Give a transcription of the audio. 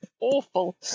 awful